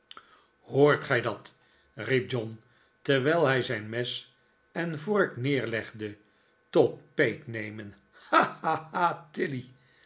hoort gij dat riep john terwijl hij zijn mes en vork neerlegde tot peet nemen